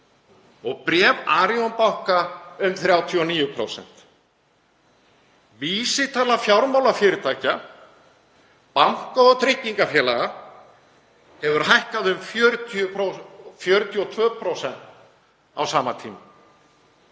og bréf Arion banka um 39%. Vísitala fjármálafyrirtækja, banka og tryggingafélaga hefur hækkað um 42% á sama tíma.